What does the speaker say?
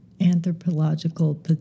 anthropological